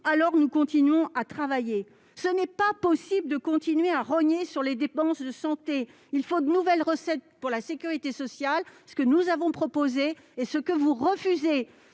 alors nous continuons à travailler. » Il n'est pas possible de continuer à rogner sur les dépenses de santé ! Il faut de nouvelles recettes pour la sécurité sociale, comme nous l'avons proposé. Or le Gouvernement